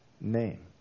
name